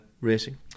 racing